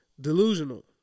Delusional